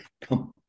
come